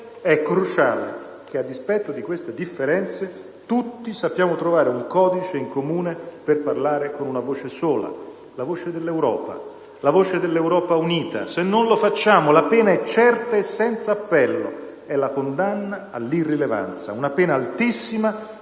è cruciale che, a dispetto di queste differenze, tutti sappiamo trovare un codice in comune per parlare con una voce sola: la voce dell'Europa, la voce dell'Europa unita. Se non lo facciamo, la pena è certa e senza appello: la condanna all'irrilevanza, una pena altissima